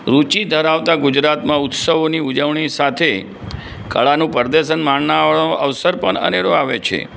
રૂચી ધરાવતા ગુજરાતમાં ઉત્સવોની ઉજવણી સાથે કળાનું પ્રદર્શન માણવાનો અવસર પણ અનેરો આવે છે